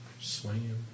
Swing